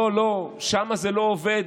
לא, לא, שם זה לא עובד.